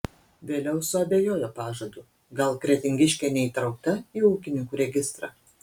vėliau suabejojo pažadu gal kretingiškė neįtraukta į ūkininkų registrą